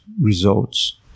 results